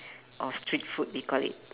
or street food you call it